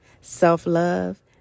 self-love